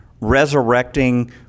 resurrecting